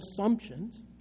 assumptions